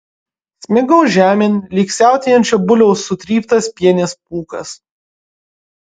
smigau žemėn lyg siautėjančio buliaus sutryptas pienės pūkas